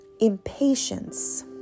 Impatience